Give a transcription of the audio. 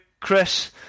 Chris